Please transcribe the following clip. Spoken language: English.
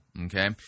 okay